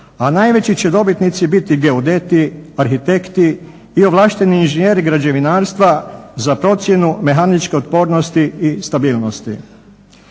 a najveći će dobitnici biti geodeti, arhitekti i ovlašteni inženjeri građevinarstva za procjenu mehaničke otpornosti i stabilnosti.